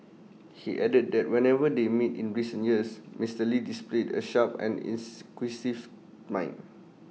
he added that whenever they meet in recent years Mister lee displayed A sharp and mind